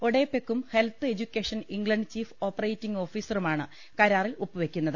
ഒഡേപെക്കും health education England chief operating ഓഫീസറുമാണ് കരാറിൽ ഒപ്പുവെയ്ക്കുന്നത്